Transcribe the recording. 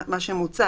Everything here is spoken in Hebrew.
מה שמוצע.